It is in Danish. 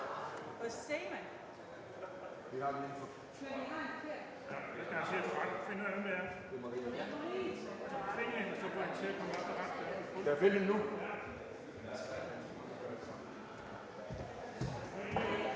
Hvad er det, vi ser